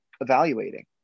evaluating